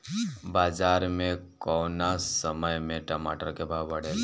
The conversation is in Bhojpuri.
बाजार मे कौना समय मे टमाटर के भाव बढ़ेले?